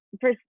first